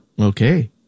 Okay